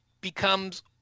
becomes